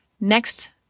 Next